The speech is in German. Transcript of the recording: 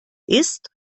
ist